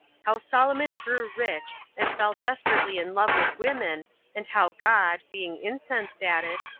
how solomon grew rich, and fell desperately in love with women and how god, being incensed at it,